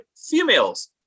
females